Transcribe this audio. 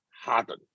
harden